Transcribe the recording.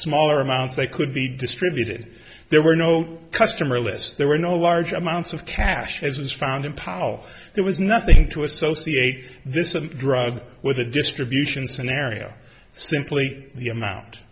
smaller amounts they could be distributed there were no customer lists there were no large amounts of cash as was found in powell there was nothing to associate this a drug with a distribution scenario simply the amount